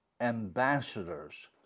Ambassadors